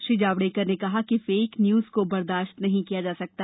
श्री जावड़ेकर ने कहा कि फेक न्यूज़ को बर्दाश्त नहीं किया जा सकता